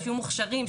שיהיו מוכשרים,